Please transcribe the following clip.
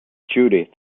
judith